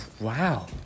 Wow